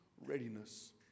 readiness